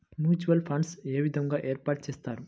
Mutual funds ఏ విధంగా ఏర్పాటు చేస్తారు?